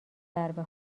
ضربه